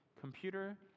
computer